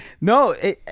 No